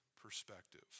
perspective